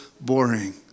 boring